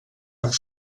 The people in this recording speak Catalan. amb